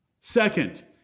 Second